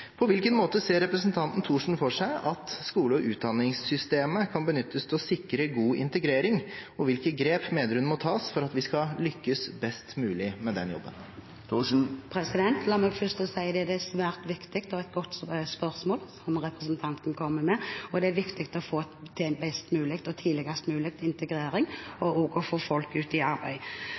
På hvilken måte ser representanten Thorsen for seg at skole- og utdanningssystemet kan benyttes til å sikre god integrering, og hvilke grep mener hun må tas for at vi skal lykkes best mulig med denne jobben? La meg først si at det er et svært viktig og godt spørsmål representanten kommer med. Det er viktig å få til best mulig og tidligst mulig integrering og å få folk ut i arbeid.